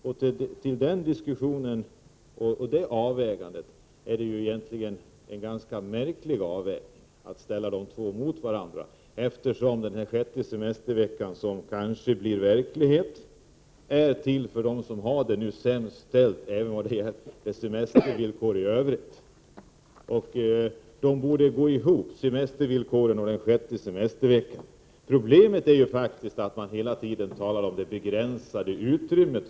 Att man ställer frågan om en sjätte semestervecka mot frågan om en arbetstidsförkortning anser jag vara ganska märkligt. Den sjätte semesterveckan, som nu kanske blir verklighet, är till förmån för dem som har det sämst ställt beträffande semestervillkoren i övrigt. Den sjätte semesterveckan borde ställas i relation till semestervillkoren i övrigt. Problemet är att man från alla håll hela tiden talar om det begränsade utrymmet.